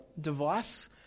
device